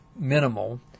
Minimal